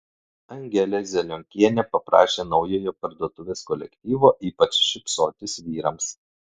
angelė zelionkienė paprašė naujojo parduotuvės kolektyvo ypač šypsotis vyrams